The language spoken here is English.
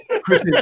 Chris